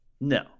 No